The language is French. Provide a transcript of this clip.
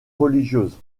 religieuse